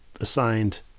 assigned